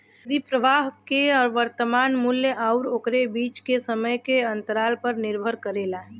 नकदी प्रवाह के वर्तमान मूल्य आउर ओकरे बीच के समय के अंतराल पर निर्भर करेला